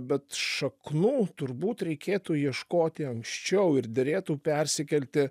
bet šaknų turbūt reikėtų ieškoti anksčiau ir derėtų persikelti